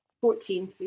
Fourteen